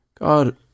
God